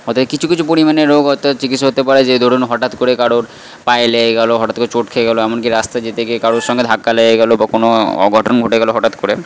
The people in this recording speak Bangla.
অর্থাৎ কিছু কিছু পরিমাণে রোগ অর্থাৎ চিকিৎসা হতে পারে যে ধরুন হঠাৎ করে কারোর পায়ে লেগে গেল হঠাৎ করে চোট খেয়ে গেল এমন কি রাস্তায় যেতে গিয়ে কারোর সঙ্গে ধাক্কা লেগে গেল বা কোনো অঘটন ঘটে গেল হঠাৎ করে